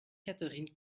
catherine